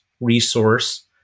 resource